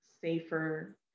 safer